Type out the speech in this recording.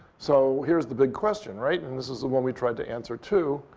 so here's the big question? right and this is the one we tried to answer too.